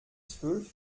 zwölf